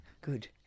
Good